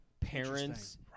parents